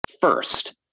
First